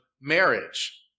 marriage